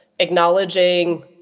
Acknowledging